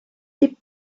tipp